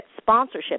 sponsorship